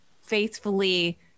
faithfully